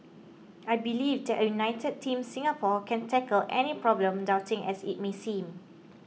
I believe that a united Team Singapore can tackle any problem daunting as it may seem